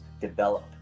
develop